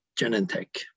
Genentech